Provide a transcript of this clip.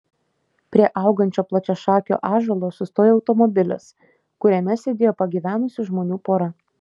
prie augančio plačiašakio ąžuolo sustojo automobilis kuriame sėdėjo pagyvenusių žmonių pora